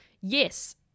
yes